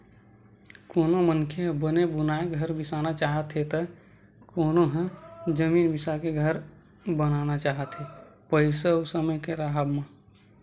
कोनो मनखे ह बने बुनाए घर बिसाना चाहथे त कोनो ह जमीन बिसाके घर बनाना चाहथे पइसा अउ समे के राहब म